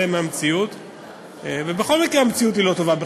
למצב שהוא יהיה כזה שאפשר לסמוך עליו ולקבל אותו לטוב או לרע,